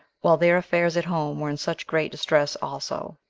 while their affairs at home were in such great distress also.